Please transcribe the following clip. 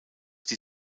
die